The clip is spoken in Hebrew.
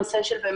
לא פשוט.